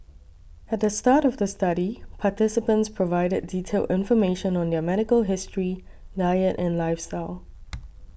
at the start of the study participants provided detailed information on their medical history diet and lifestyle